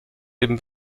eben